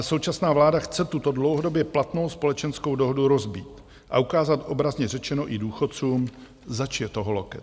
Současná vláda ale chce tuto dlouhodobě platnou společenskou dohodu rozbít a ukázat, obrazně řečeno, i důchodcům, zač je toho loket.